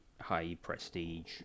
high-prestige